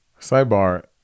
sidebar